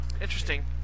interesting